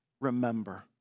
Remember